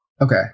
Okay